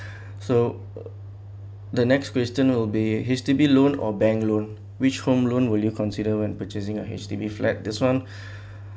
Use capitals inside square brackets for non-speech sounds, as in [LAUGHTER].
so uh the next question will be H_D_B loan or bank loan which home loan will you consider when purchasing a H_D_B flat this one [BREATH]